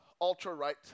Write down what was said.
ultra-right